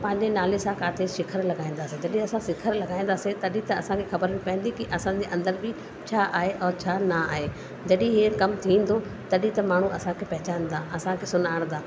पंहिंजे नाले सां किथे शिखर लॻाईंदासीं जॾहिं असां शिखर लॻाईंदासीं तॾहिं त असांखे ख़बर पवंदी कि असांजे अंदरि बि छा आहे और छा न आहे जॾहिं हीअ कमु थींदो तॾहिं त माण्हू असांखे पहेचंदा असांखे सुञाणंदा